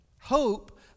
Hope